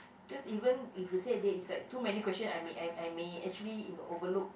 cause even if you say there is like too many question I may I I may actually you know overlook